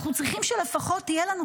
אנחנו צריכים שלפחות יהיה לנו,